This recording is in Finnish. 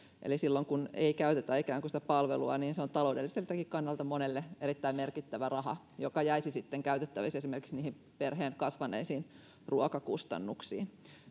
eli silloin kun ei ikään kuin käytetä sitä palvelua niin se on taloudelliseltakin kannalta monelle erittäin merkittävä raha joka jäisi sitten käytettäväksi esimerkiksi niihin perheen kasvaneisiin ruokakustannuksiin